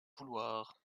vouloir